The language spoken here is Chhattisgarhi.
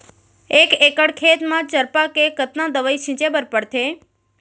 एक एकड़ खेत म चरपा के कतना दवई छिंचे बर पड़थे?